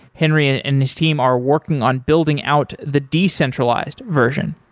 henry and and his team are working on building out the decentralized version.